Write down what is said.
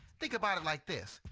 think about it like this,